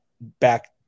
back